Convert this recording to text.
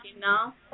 now